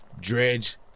Dredge